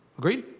agreed?